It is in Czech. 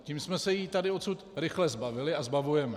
Tím jsme se jí tady odtud rychle zbavili a zbavujeme.